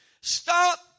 Stop